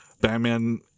batman